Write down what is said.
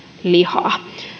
lihaa